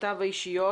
נסיבותיו האישיות